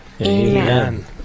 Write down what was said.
Amen